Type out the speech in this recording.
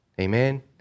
Amen